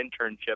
internship